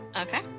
Okay